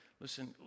listen